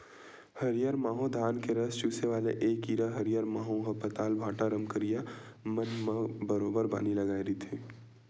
हरियर माहो धान के रस चूसे वाले ऐ कीरा ह हरियर माहो ह पताल, भांटा, रमकरिया मन म बरोबर बानी लगाय रहिथे